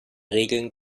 regeln